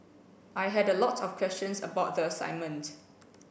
I had a lot of questions about the assignment